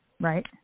Right